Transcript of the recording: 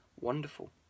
Wonderful